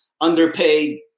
underpaid